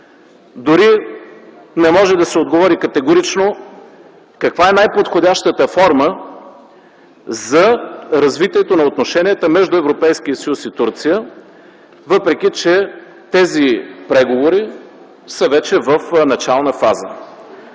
Дори не може да се отговори категорично каква е най-подходящата форма за развитието на отношенията между Европейския съюз и Турция, въпреки че тези преговори са вече в начална фаза,